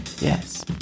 yes